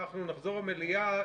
אנחנו נחזור למליאה.